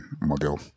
model